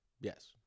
Yes